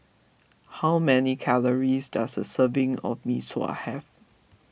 how many calories does a serving of Mee Sua have